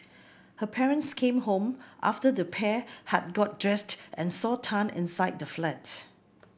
her parents came home after the pair had got dressed and saw Tan inside the flat